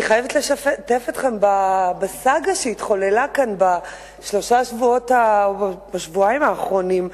אני חייבת לשתף אתכם בסאגה שהתחוללה כאן בשבועיים האחרונים,